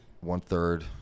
one-third